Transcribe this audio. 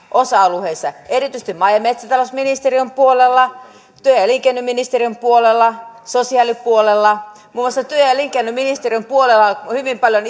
osa alueilla erityisesti maa ja metsätalousministeriön puolella työ ja elinkeinoministeriön puolella sosiaalipuolella muun muassa työ ja ja elinkeinoministeriön puolella on hyvin paljon